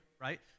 Right